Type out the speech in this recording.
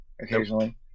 occasionally